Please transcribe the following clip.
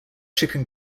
chicken